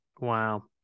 wow